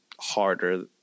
harder